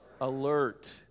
alert